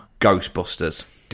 Ghostbusters